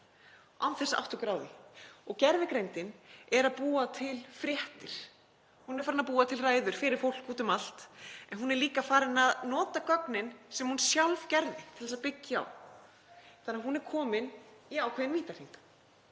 að átta okkur á því. Og gervigreindin er að búa til fréttir, hún er farin að búa til ræður fyrir fólk úti um allt en hún er líka farin að nota gögnin sem hún sjálf gerði til að byggja á. Hún er því komin í ákveðinn vítahring.